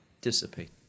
dissipate